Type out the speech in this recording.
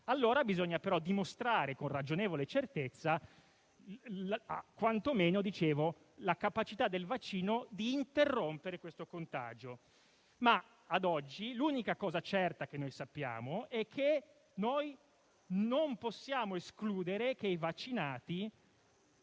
è così, bisogna però dimostrare, con ragionevole certezza, quantomeno la capacità del vaccino di interrompere questo contagio. Ad oggi, però, l'unica cosa certa che sappiamo è che non possiamo escludere che i vaccinati